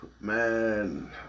Man